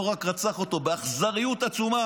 הוא לא רק רצח אותו באכזריות עצומה,